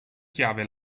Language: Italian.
chiave